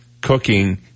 cooking